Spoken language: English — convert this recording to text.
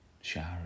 Shower